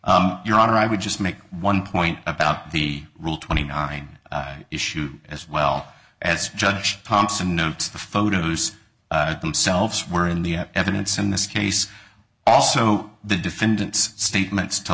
your honor i would just make one point about the rule twenty nine issue as well as judge thompson notes the photos them selves were in the evidence in this case also the defendant's statements to